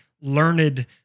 learned